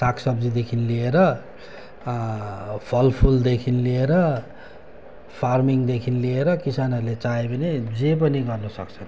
सागसब्जीदेखि लिएर फलफुलदेखि लिएर फार्मिङदेखि लिएर किसानहरूले चाह्यो भने जे पनि गर्नुसक्छ